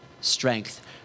strength